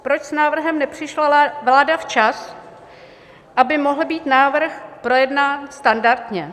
Proč s návrhem nepřišla vláda včas, aby mohl být návrh projednání standardně?